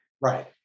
Right